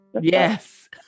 yes